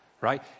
right